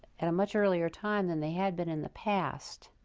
at a much earlier time than they had been in the past.